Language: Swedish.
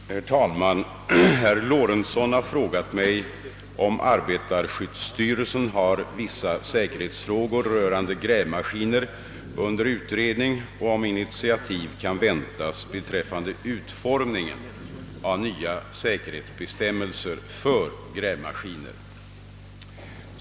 Herr talman! Herr Lorentzon har frågat mig om arbetarskyddsstyrelsen har vissa säkerhetsfrågor rörande grävmaskiner under utredning och om initiativ kan väntas beträffande utformningen av nya säkerhetsbestämmelser för grävmaskiner.